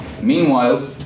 Meanwhile